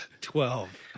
Twelve